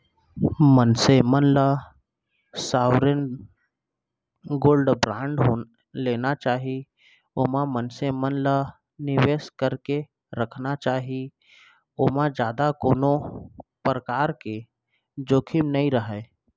मनसे मन ल सॉवरेन गोल्ड बांड लेना चाही ओमा मनसे मन ल निवेस करके रखना चाही ओमा जादा कोनो परकार के जोखिम नइ रहय